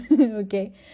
okay